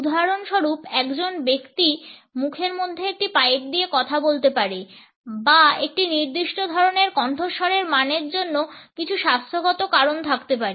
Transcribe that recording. উদাহরণস্বরুপ একজন ব্যক্তি মুখের মধ্যে একটি পাইপ দিয়ে কথা বলতে পারে বা একটি নির্দিষ্ট ধরনের কণ্ঠস্বরের মানের জন্য কিছু স্বাস্থ্যগত কারণ থাকতে পারে